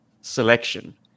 selection